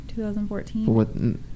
2014